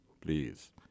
please